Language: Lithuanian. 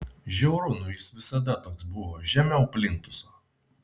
žiauru nu jis visada toks buvo žemiau plintuso